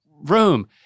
room